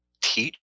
teach